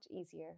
easier